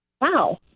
Wow